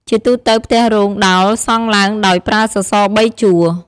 ជាទូទៅផ្ទះរោងដោលសង់ឡើងដោយប្រើសសរ៣ជួរ។